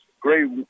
great